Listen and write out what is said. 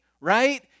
Right